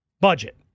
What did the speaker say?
budget